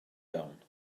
iawn